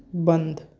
बंद